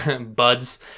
buds